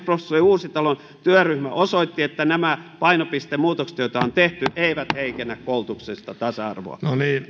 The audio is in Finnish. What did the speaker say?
professori uusitalon työryhmä osoitti että nämä painopistemuutokset joita on tehty eivät heikennä koulutuksellista tasa arvoa